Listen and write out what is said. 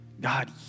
God